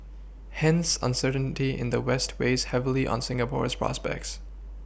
hence uncertainty in the west weighs heavily on Singapore's prospects